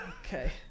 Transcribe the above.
Okay